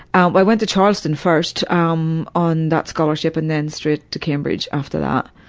um i went to charleston first um on that scholarship and then straight to cambridge after that.